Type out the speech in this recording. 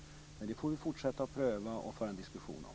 Men det får vi fortsätta att pröva och föra en diskussion om.